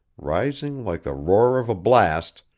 rising like the roar of a blast,